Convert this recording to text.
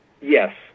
Yes